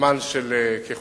זמן של כחודש